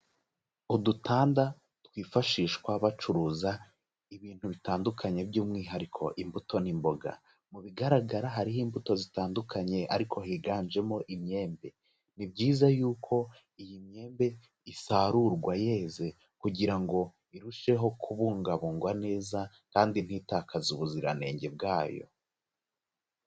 Udutanda twifashishwa bacuruza ibintu bitandukanye by'umwihariko imbuto n'imboga. Mubigaragara hariho imbuto zitandukanye ariko higanjemo imyembe. Ni byiza yuko iyi myembe isarurwa yeze kugira ngo irusheho kubungabungwa neza kandi ntitakaze ubuziranenge bwayo.